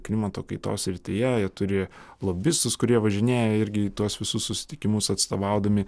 klimato kaitos srityje jie turi lobistus kurie važinėja irgi tuos visus susitikimus atstovaudami